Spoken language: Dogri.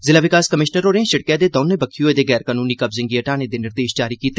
जिला विकास कमिशनर होरें सिड़कें दे दौनें बक्खी होए दे गैर कनूनी कब्जें गी हटाने दे निर्देश जारी कीते